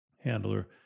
handler